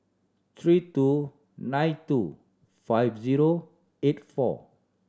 three two nine two five zero eight four